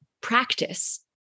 practice